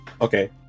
okay